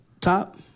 top